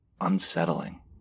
unsettling